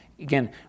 Again